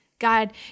God